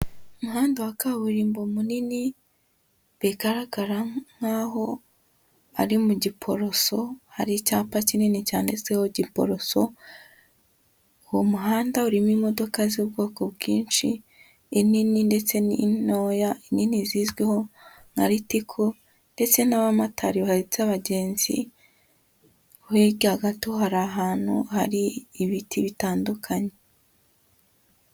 Umuhanda wa kaburimbo munini bigaragara nkaho ari mu Giporoso, hari icyapa kinini cyanditseho Giporoso, uwo muhanda urimo imodoka z'ubwoko bwinshi, inini ndetse n'intoya nini zizwiho nka ritiko ndetse n'abamotari bahetse abagenzi, hirya gato hari ahantu hari ibiti bitandukanye.